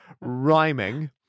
rhyming